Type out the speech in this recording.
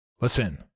listen